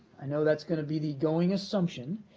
i know that's going to be the going assumption,